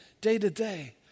day-to-day